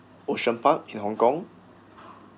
ocean park in hong kong